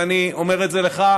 ואני אומר את זה לך,